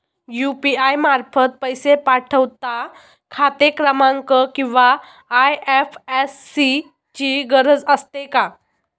UPI मार्फत पैसे पाठवता खाते क्रमांक किंवा आय.एफ.एस.सी ची गरज असते का?